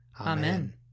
Amen